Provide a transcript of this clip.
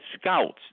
scouts